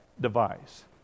device